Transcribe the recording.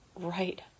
right